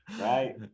right